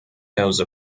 those